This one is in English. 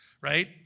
right